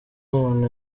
umuntu